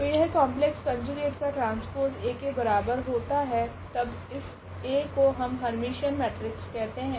तो यह complex conjugate का ट्रांसपोसे A के बराबर होता है तब इस A को हम हेर्मिटीयन मेट्रिक्स कहते है